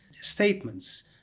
statements